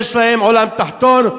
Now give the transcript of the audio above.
יש להם עולם תחתון,